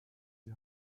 die